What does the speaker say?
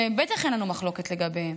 שבטח אין לנו מחלוקת לגביהם,